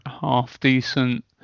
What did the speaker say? half-decent